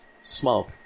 smoke